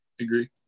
agree